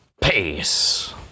Peace